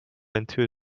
into